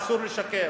אסור לשקר.